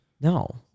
No